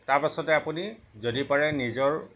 তাৰ পাছতে আপুনি যদি পাৰে নিজৰ